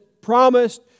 promised